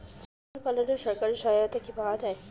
ছাগল পালনে সরকারি সহায়তা কি পাওয়া যায়?